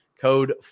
code